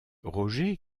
roger